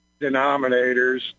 denominators